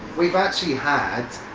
we've actually had,